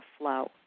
flow